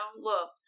Look